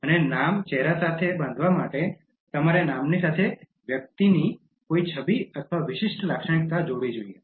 અને નામ ચહેરા સાથે બાંધવા માટે તમારે નામની સાથે વ્યક્તિની કોઈ છબી અથવા વિશિષ્ટ લાક્ષણિકતા જોડવી જોઈએ